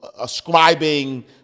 ascribing